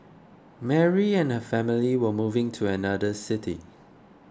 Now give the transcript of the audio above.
Mary and family were moving to another city